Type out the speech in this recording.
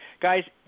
Guys